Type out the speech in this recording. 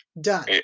Done